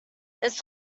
this